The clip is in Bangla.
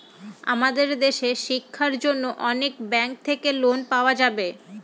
আমাদের দেশের শিক্ষার জন্য অনেক ব্যাঙ্ক থাকে লোন পাওয়া যাবে